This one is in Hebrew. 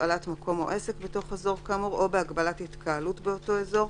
הפעלת מקום או עסק בתוך אזור כאמור או בהגבלת התקהלות באותו אזור,